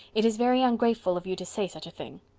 it is very ungrateful of you to say such a thing.